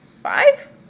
Five